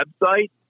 website